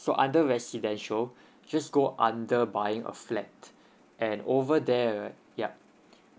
so under residential just go under buying a flat and over there right yup